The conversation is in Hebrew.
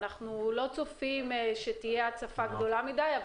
אנחנו לא צופים שתהיה הצפה גדולה מדי.